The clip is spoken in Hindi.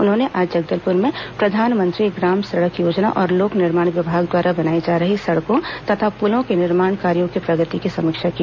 उन्होंने आज जगदलपुर में प्रधानमंत्री ग्राम सड़क योजना और लोक निर्माण विभाग द्वारा बनाई जा रही सड़कों तथा पुलों के निर्माण कार्यो की प्रगति की समीक्षा की